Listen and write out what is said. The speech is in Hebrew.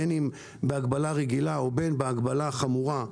בין אם בהגבלה רגילה ובין אם בהגבלה חמורה,